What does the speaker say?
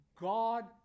God